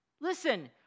Listen